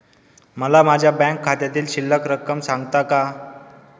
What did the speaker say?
मला माझ्या बँक खात्यातील शिल्लक रक्कम सांगता का?